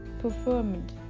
performed